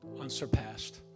unsurpassed